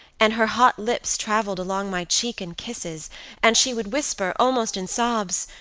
and her hot lips traveled along my cheek in kisses and she would whisper, almost in sobs,